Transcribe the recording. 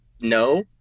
no